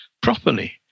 Properly